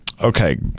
Okay